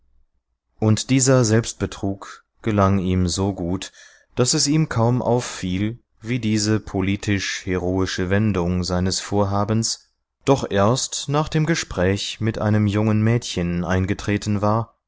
und dieser selbstbetrug gelang ihm so gut daß es ihm kaum auffiel wie diese politisch heroische wendung seines vorhabens doch erst nach dem gespräch mit einem jungen mädchen eingetreten war